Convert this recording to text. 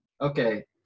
Okay